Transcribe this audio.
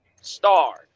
stars